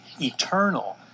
eternal